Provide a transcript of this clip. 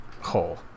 hole